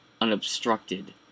unobstructed